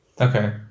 Okay